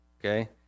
Okay